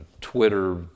Twitter